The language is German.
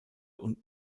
und